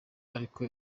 ariko